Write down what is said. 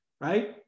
right